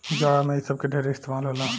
जाड़ा मे इ सब के ढेरे इस्तमाल होला